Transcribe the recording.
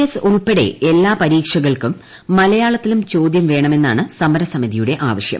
S ഉൾപ്പെടെ എല്ലാ പരീക്ഷകൾക്കും മലയാളത്തിലും ചോദ്യം വേണമെന്നാണ് സമരസമിതിയുടെ ആവശ്യം